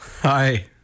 Hi